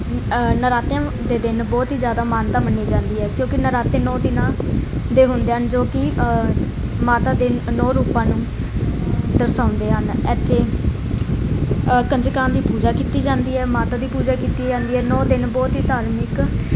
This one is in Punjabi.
ਨਰਾਤਿਆਂ ਦੇ ਦਿਨ ਬਹੁਤ ਹੀ ਜ਼ਿਆਦਾ ਮਾਨਤਾ ਮੰਨੀ ਜਾਂਦੀ ਹੈ ਕਿਉਂਕਿ ਨਾਰਾਤੇ ਨੌਂ ਦਿਨਾਂ ਦੇ ਹੁੰਦੇ ਹਨ ਜੋ ਕਿ ਮਾਤਾ ਦੇ ਨੌਂ ਰੂਪਾਂ ਨੂੰ ਦਰਸਾਉਂਦੇ ਹਨ ਇੱਥੇ ਕੰਜਕਾਂ ਦੀ ਪੂਜਾ ਕੀਤੀ ਜਾਂਦੀ ਹੈ ਮਾਤਾ ਦੀ ਪੂਜਾ ਕੀਤੀ ਜਾਂਦੀ ਹੈ ਨੌਂ ਦਿਨ ਬਹੁਤ ਹੀ ਧਾਰਮਿਕ